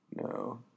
No